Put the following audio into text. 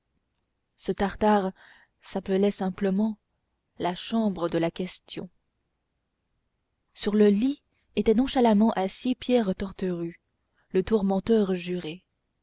ce tartare s'appelait simplement la chambre de la question sur le lit était nonchalamment assis pierrat torterue le tourmenteur juré